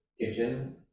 kitchen